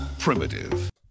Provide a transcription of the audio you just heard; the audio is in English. Primitive